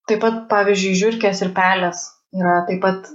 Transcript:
taip pat pavyzdžiui žiurkės ir pelės yra taip pat